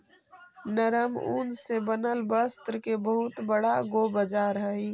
नरम ऊन से बनल वस्त्र के बहुत बड़ा गो बाजार हई